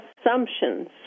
assumptions